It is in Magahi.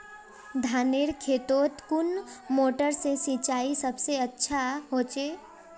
धानेर खेतोत कुन मोटर से सिंचाई सबसे अच्छा होचए?